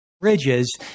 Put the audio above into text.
Bridges